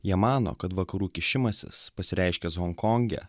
jie mano kad vakarų kišimasis pasireiškęs honkonge